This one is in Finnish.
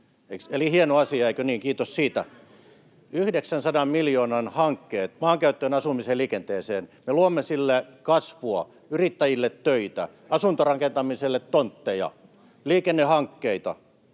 — [Vasemmalta: Siitä puuttuu asuminen!] 900 miljoonan hankkeet maankäyttöön, asumiseen, liikenteeseen. Me luomme sillä kasvua, yrittäjille töitä, asuntorakentamiselle tontteja, liikennehankkeita.